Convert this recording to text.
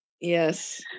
Yes